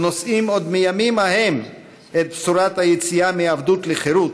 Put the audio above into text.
שנושאים עוד מהימים ההם את בשורת היציאה מעבדות לחירות,